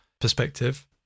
perspective